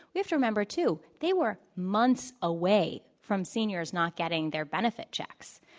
we have to remember too, they were months away from seniors not getting their benefit checks.